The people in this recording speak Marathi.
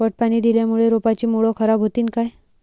पट पाणी दिल्यामूळे रोपाची मुळ खराब होतीन काय?